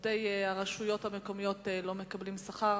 עובדי הרשויות המקומיות לא מקבלים שכר,